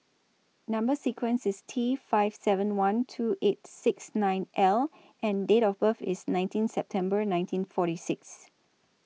Number sequence IS T five seven one two eight six nine L and Date of birth IS nineteen September nineteen forty six